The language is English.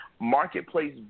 marketplace